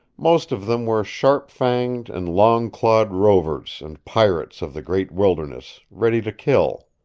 most of them were sharp-fanged and long-clawed-rovers and pirates of the great wilderness, ready to kill.